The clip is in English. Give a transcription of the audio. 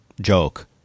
joke